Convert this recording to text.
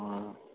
आं